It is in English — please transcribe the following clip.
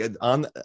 on